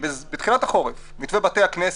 כבר בתחילת החורף שקשור לשהות בתי הכנסת.